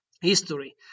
history